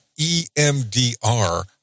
EMDR